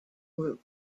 route